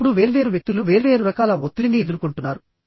ఇప్పుడు వేర్వేరు వ్యక్తులు వేర్వేరు రకాల ఒత్తిడిని ఎదుర్కొంటున్నారు